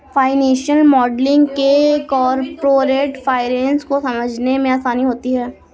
financial modelling से corporate finance को समझने में आसानी होती है